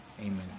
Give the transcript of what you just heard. amen